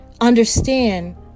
understand